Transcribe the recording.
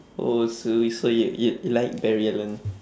oh so you so you you you like barry allen